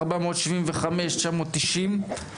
ו-475 מיליון ו-990 אלף.